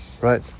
right